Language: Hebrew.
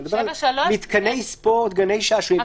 אני מדבר על מתקני ספורט וגני שעשועים.